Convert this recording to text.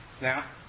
Now